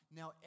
Now